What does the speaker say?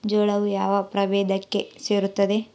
ಜೋಳವು ಯಾವ ಪ್ರಭೇದಕ್ಕೆ ಸೇರುತ್ತದೆ?